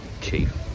chief